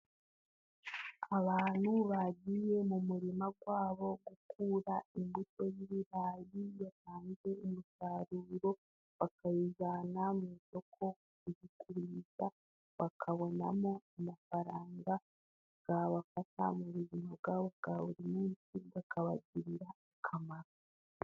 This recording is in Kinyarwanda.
Abantu bagiye mu murima wabo gukura imbuto y'ibirayi yatanze umusaruro, bakayijyana mu isoko kuyigurisha, bakabonamo amafaranga abafasha mu buzima bwabo bwa buri munsi, akabagirira akamaro.